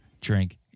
drink